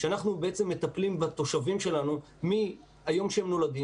כשאנחנו בעצם מטפלים בתושבים שלנו מהיום שהם נולדים